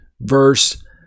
Verse